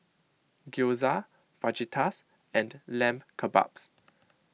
Gyoza Fajitas and Lamb Kebabs